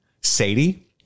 Sadie